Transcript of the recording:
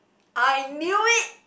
I knew it